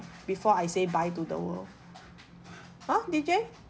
before I say bye to the world !huh!